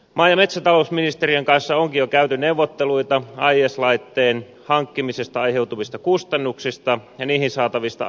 maa ja metsätalousministeriön kanssa onkin jo käyty neuvotteluita ais laitteen hankkimisesta aiheutuvista kustannuksista ja niihin saatavista avustuksista